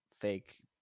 fake